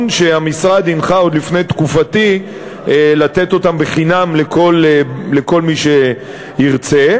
שהמשרד הנחה עוד לפני תקופתי לתת אותן בחינם לכל מי שירצה.